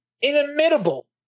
inimitable